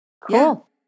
Cool